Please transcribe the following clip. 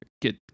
get